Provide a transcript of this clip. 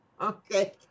Okay